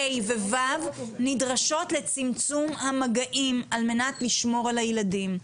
ה'-ו' נדרשות לצמצום המגעים על מנת לשמור על הילדים.